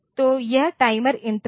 तो यह timer interrupt है